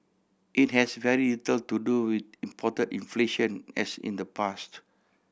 it has very little to do with import inflation as in the past